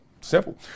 Simple